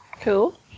Cool